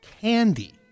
candy